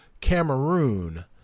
Cameroon